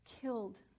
killed